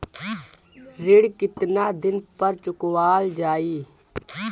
ऋण केतना दिन पर चुकवाल जाइ?